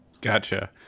Gotcha